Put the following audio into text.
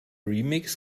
remix